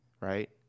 right